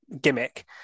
gimmick